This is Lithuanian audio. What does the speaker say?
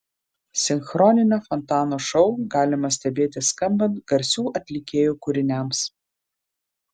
sinchroninio fontano šou galima stebėti skambant garsių atlikėjų kūriniams